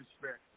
respect